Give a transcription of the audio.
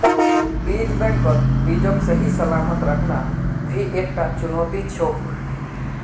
बीज बैंकत बीजक सही सलामत रखना भी एकता चुनौती छिको